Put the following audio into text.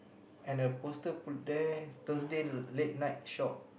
and a poster put there Thursday late night shop